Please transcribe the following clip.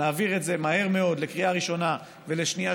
נעביר את זה מהר מאוד לקריאה ראשונה ולשנייה-שלישית,